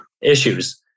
issues